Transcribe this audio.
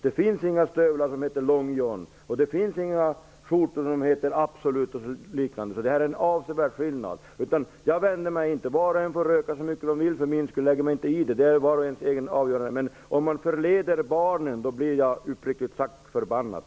Det finns inte stövlar som heter Long John eller skjortor som heter Absolut. Det är en avsevärd skillnad. Var och en får röka hur mycket de vill. Jag lägger mig inte i det. Det får var och en avgöra själv. Men när barnen förleds blir jag uppriktigt sagt förbannad.